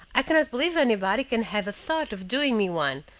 i cannot believe anybody can have a thought of doing me one,